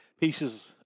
pieces